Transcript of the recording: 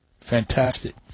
Fantastic